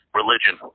religion